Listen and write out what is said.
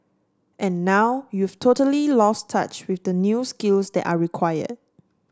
and now you've totally lost touch with the new skills that are required